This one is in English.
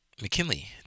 McKinley